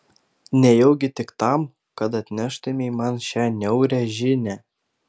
nejaugi tik tam kad atneštumei man šią niaurią žinią